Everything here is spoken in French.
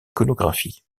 iconographie